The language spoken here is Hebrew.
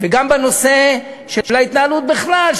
וגם על ההתנהלות בכלל,